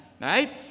Right